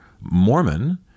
Mormon